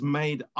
made